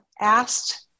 asked